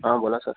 हां बोला सर